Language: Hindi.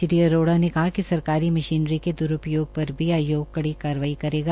श्री अरोड़ा ने कहा कि सरकारी मशीनरी के द्रूप्रयोग पर भी आयोग कड़ी कार्रवाई करेगा